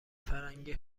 فرنگی